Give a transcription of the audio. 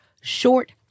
short